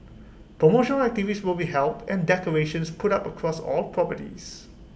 promotional activities will be held and decorations put up across all properties